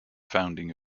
founding